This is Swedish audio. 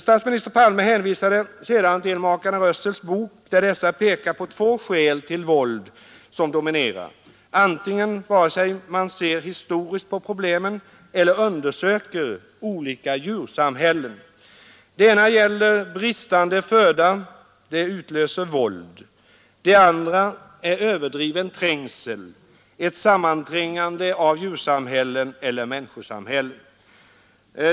Statsminister Palme hänvisade sedan till makarna Russells bok, där dessa pekar på två skäl till våld som dominerar, vare sig man ser historiskt på problemen eller undersöker olika djursamhällen. Det ena gäller bristande föda — det utlöser våld — och det andra är en överdriven trängsel; ett sammanträngande av djursamhällen eller människosamhällen.